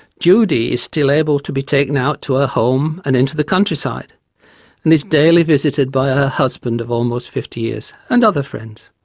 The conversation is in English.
judy is still able to be taken out to her home and into the countryside and is daily visited by ah her husband of almost fifty years and other friends.